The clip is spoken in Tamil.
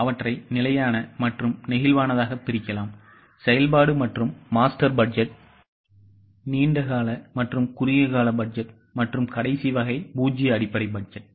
அவற்றை நிலையான மற்றும் நெகிழ்வானதாக பிரிக்கலாம்செயல்பாடு மற்றும் மாஸ்டர் பட்ஜெட்நீண்ட கால மற்றும் குறுகிய கால பட்ஜெட் மற்றும் கடைசி வகை பூஜ்ஜிய அடிப்படை பட்ஜெட்